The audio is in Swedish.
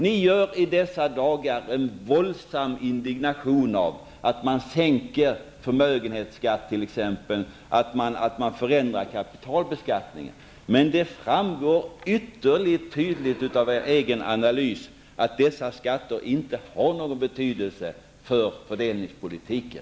Ni gör i dessa dagar ett våldsamt indignationsnummer av att man sänker förmögenhetsskatten och förändrar kapitalbeskattningen, men det framgår ytterligt tydligt av er egen analys att dessa skatter inte har någon betydelse för fördelningspolitiken.